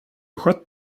skött